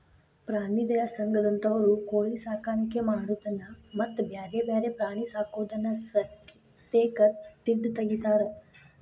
ಪ್ರಾಣಿ ದಯಾ ಸಂಘದಂತವರು ಕೋಳಿ ಸಾಕಾಣಿಕೆ ಮಾಡೋದನ್ನ ಮತ್ತ್ ಬ್ಯಾರೆ ಬ್ಯಾರೆ ಪ್ರಾಣಿ ಸಾಕೋದನ್ನ ಸತೇಕ ತಿಡ್ಡ ತಗಿತಾರ